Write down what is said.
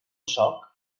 sóc